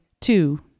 two